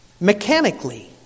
mechanically